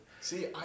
See